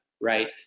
right